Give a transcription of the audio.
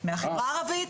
מהחברה הערבית,